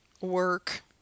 work